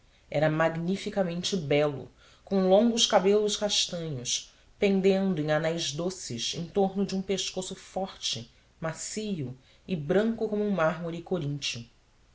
era magnificamente belo com longos cabelos castanhos pendendo em anéis doces em torno de um pescoço forte macio e branco como um mármore